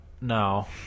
no